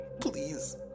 please